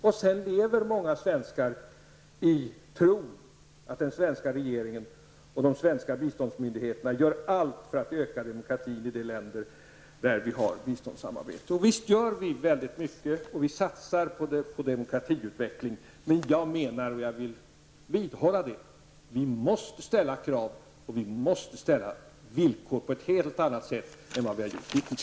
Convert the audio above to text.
Och sedan lever många svenskar i tron att den svenska regeringen och de svenska biståndsmyndigheterna gör allt för att öka demokratin i de länder som vi har ett biståndsarbete med. Och visst gör vi väldigt mycket och satsar på demokratiutveckling, men jag menar, och jag vill vidhålla det, att vi måste ställa krav och villkor på ett helt annat sätt än vad vi har gjort hittills.